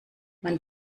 man